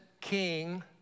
king